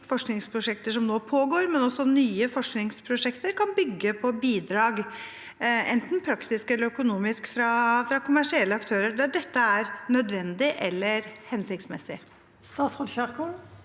forskningsprosjekter som nå pågår, men også nye forskningsprosjekter, kan bygge på bidrag, enten praktisk eller økonomisk, fra kommersielle aktører der dette er nødvendig eller hensiktsmessig?